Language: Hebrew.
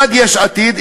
אחד יש עתיד,